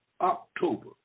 October